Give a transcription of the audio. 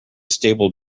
stable